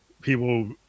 people